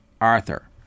Arthur